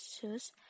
shoes